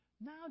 Now